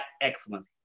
excellence